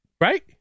Right